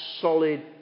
solid